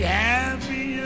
happy